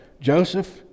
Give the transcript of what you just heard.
Joseph